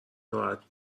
راحت